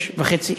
06:30,